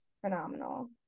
phenomenal